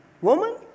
woman